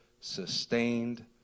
sustained